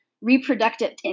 reproductive